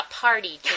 party